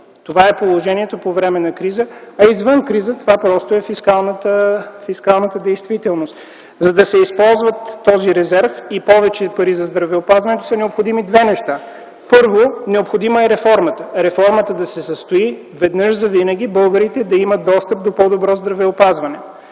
Това е положението по време на криза. Извън криза, това просто е фискалната действителност. За да се използва този резерв и повече пари за здравеопазването, са необходими две неща. Първо, необходима е реформа. Реформата да се състои и веднъж завинаги българите да имат достъп до по-добро здравеопазване.